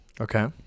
Okay